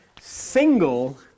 single